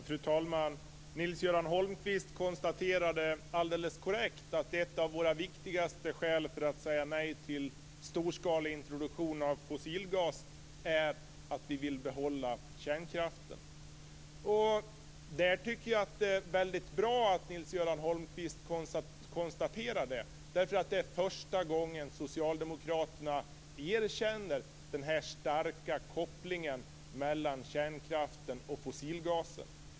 Fru talman! Nils-Göran Holmqvist konstaterade alldeles korrekt att ett av våra viktigaste skäl till att säga nej till en storskalig introduktion av fossilgas är att vi vill behålla kärnkraften. Där tycker jag att det är väldigt bra att Nils-Göran Holmqvist konstaterar det, för det är första gången socialdemokraterna erkänner den här starka kopplingen mellan kärnkraften och fossilgasen.